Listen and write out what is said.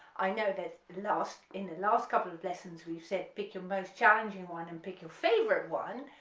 i know that last in the last couple of lessons we've said pick your most challenging one and pick your favorite one,